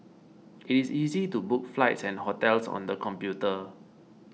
it is easy to book flights and hotels on the computer